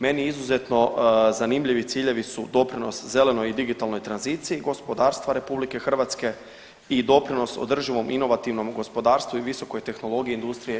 Meni izuzetno zanimljivi ciljevi su doprinos zelenoj i digitalnoj tranziciji, gospodarstva RH i doprinos o održivom inovativnom gospodarstvu i visokoj tehnologiji industrije 4.0.